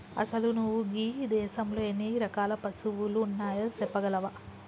అసలు నువు గీ దేసంలో ఎన్ని రకాల పసువులు ఉన్నాయో సెప్పగలవా